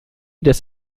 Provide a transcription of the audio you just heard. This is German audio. des